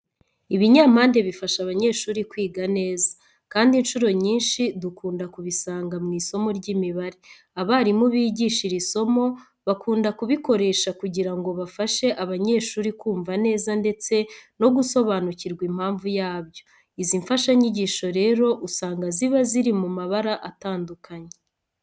Ibinyampande bifasha abanyeshuri kwiga neza, kandi inshuro nyinshi dukunda kubisanga mu isomo ry'imibare. Abarimu bigisha iri somo bakunda kubikoresha kugira ngo bafashe abanyeshuri kumva neza ndetse no gusobanukirwa impamvu yabyo. Izi mfashanyigisho rero usanga ziba ziri mu mabara atanduakanye.